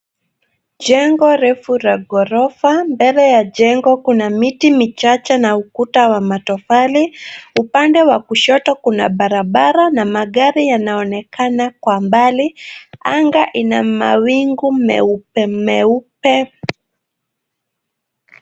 Jengo refu la ghorofa. Mbele ya jengo kuna miti michache na ukuta wa matofali. Upande wa kushoto kuna barabara na magari yanaonekana kwa mbali. Anga ina mawingu meupe meupe.